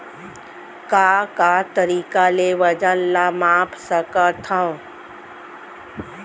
का का तरीक़ा ले वजन ला माप सकथो?